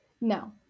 No